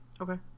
Okay